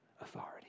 authority